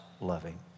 loving